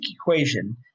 equation